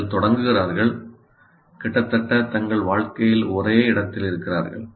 அவர்கள் தொடங்குகிறார்கள் கிட்டத்தட்ட தங்கள் வாழ்க்கையில் ஒரே இடத்தில் இருக்கிறார்கள்